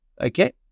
okay